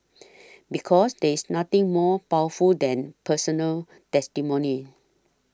because there is nothing more powerful than personal testimony